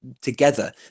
together